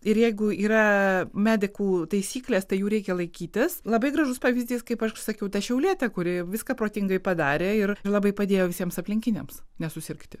ir jeigu yra medikų taisyklės tai jų reikia laikytis labai gražus pavyzdys kaip aš sakiau tą šiaulietė kuri viską protingai padarė ir labai padėjo visiems aplinkiniams nesusirgti